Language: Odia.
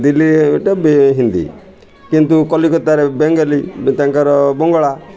ଦିଲ୍ଲୀ ଗୋଟେ ହିନ୍ଦୀ କିନ୍ତୁ କଲିକତାରେ ବେଙ୍ଗଲି ତାଙ୍କର ବଙ୍ଗଳା